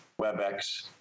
WebEx